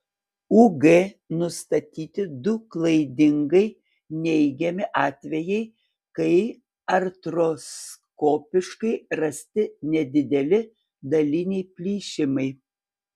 ug nustatyti du klaidingai neigiami atvejai kai artroskopiškai rasti nedideli daliniai plyšimai